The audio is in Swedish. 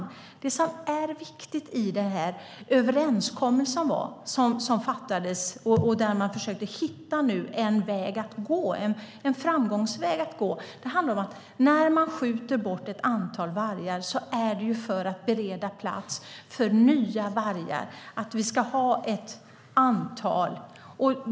Men jag skulle vilja passa på att säga att det som är viktigt i den överenskommelse som fattades och där man försökte hitta en framgångsväg att gå är att när man skjuter bort ett antal vargar så är det för att bereda plats för ett antal nya vargar.